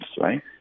right